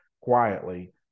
quietly